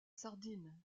sardine